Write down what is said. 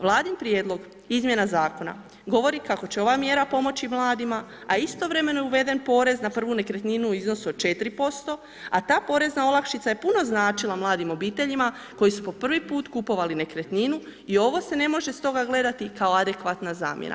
Vladin Prijedlog izmjena zakona govori kako će ova mjera pomoći mladima, a istovremeno je uveden porez na prvu nekretninu u iznosu od 4%, a ta porezna olakšica je puno značila mladim obiteljima koji su po prvi put kupovali nekretninu i ovo se ne može stoga gledati kao adekvatna zamjena.